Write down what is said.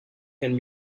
can